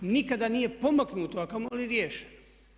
Nikada nije pomaknuto, a kamoli riješeno.